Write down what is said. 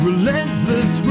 Relentless